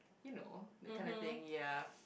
you know that kind of thing ya